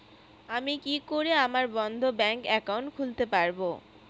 আমি কি করে আমার বন্ধ ব্যাংক একাউন্ট খুলতে পারবো?